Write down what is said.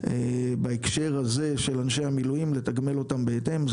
בהקשר הזה של אנשי המילואים לתגמל אותם בהתאם,